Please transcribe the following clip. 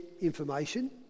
information